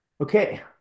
Okay